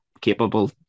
capable